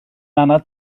anad